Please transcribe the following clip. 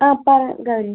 ആ പറ ഗൗരി